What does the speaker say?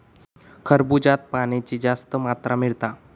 खरबूज्यात पाण्याची जास्त मात्रा मिळता